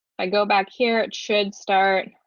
i go back here it should start.